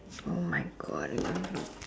!oh-my-God!